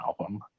album